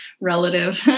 relative